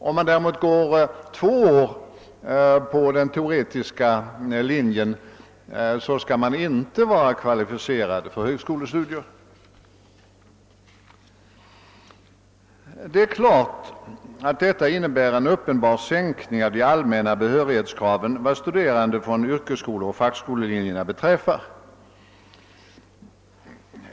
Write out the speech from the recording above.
Går man däremot bara två år på den teoretiska linjen, skall man inte vara kvalificerad för högskolestudier. Detta innebär en uppenbar sänkning av de allmänna behörighetskraven vad studerande från yrkesskoleoch fackskolelinjer beträffar.